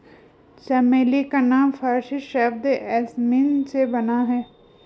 चमेली का नाम फारसी शब्द यासमीन से बना है